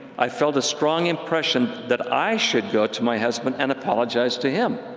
i felt a strong impression that i should go to my husband and apologize to him.